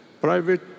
Private